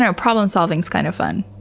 ah problem-solving's kind of fun.